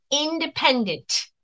independent